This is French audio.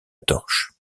torche